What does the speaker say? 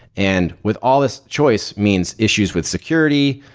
and with all this choice means issues with security,